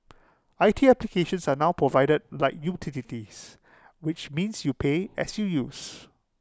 I T applications are now provided like utilities which means you pay as you use